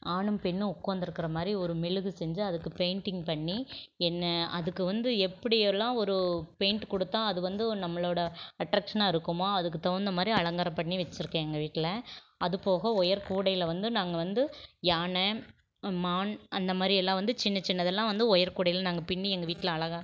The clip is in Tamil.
ஆணும் பெண்ணும் உட்காந்துருக்குற மாதிரி ஒரு மெழுகு செஞ்சு அதுக்கு பெய்ண்டிங் பண்ணி என்ன அதுக்கு வந்து எப்படியெல்லாம் ஒரு பெய்ண்ட் கொடுத்தா அது வந்து நம்மளோடய அட்ராக்ஷனாக இருக்குமோ அதுக்கு தகுந்த மாதிரி அலங்காரம் பண்ணி வச்சுருக்கேன் எங்கள் வீட்டில் அது போக ஒயர் கூடையில் வந்து நாங்கள் வந்து யானை மான் அந்த மாதிரியெல்லாம் வந்து சின்ன சின்னதெல்லாம் வந்து ஒயர் கூடையில் நாங்கள் பின்னி எங்கள் வீட்டில் அழகா